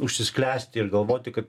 užsisklęsti ir galvoti kad